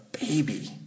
baby